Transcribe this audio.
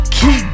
Keep